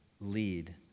lead